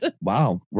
Wow